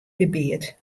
gebiet